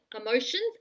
emotions